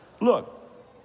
look